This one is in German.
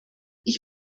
ich